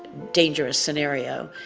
dangerous scenario.